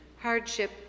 hardship